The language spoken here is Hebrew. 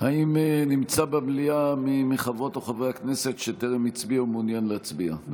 האם נמצא במליאה מי מחברות או חברי הכנסת שטרם הצביעו ומעוניין להצביע?